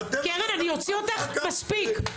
קרן אני אוציא אותך, מספיק.